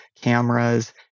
cameras